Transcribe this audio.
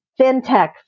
FinTech